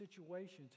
situations